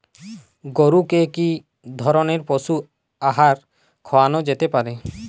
গরু কে কি ধরনের পশু আহার খাওয়ানো যেতে পারে?